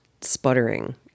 sputtering